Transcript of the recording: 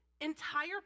entire